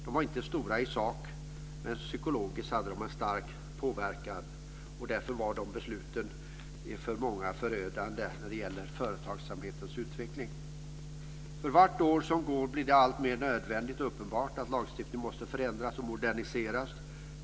De var inte stora i sak, men de hade en stark psykologisk påverkan. Därför var de besluten förödande för många när det gäller företagsamhetens utveckling. För vart år som går blir det alltmer nödvändigt och uppenbart att lagstiftningen måste förändras och moderniseras.